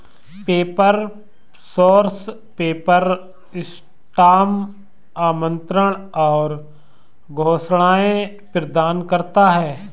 paper source paper, custom आमंत्रण और घोषणाएं प्रदान करता है